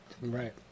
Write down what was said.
Right